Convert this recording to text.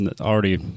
already